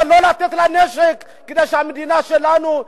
לא לתת לה נשק כדי שהמדינה שלנו,